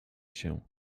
się